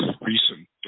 recent